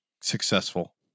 successful